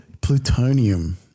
plutonium